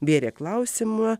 bėrė klausimą